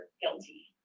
guilty